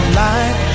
light